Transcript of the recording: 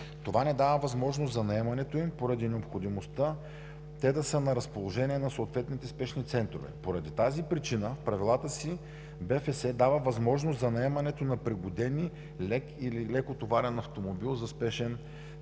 Това не дава възможност за наемането им, поради необходимостта те да са на разположение на съответните спешни центрове. По тази причина в правилата си БФС дава възможност за наемането на пригодени лек или лекотоварен автомобил за спешен превоз.